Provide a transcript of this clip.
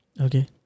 Okay